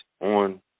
on